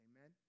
Amen